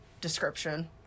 description